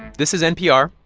this is npr.